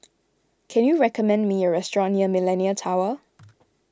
can you recommend me a restaurant near Millenia Tower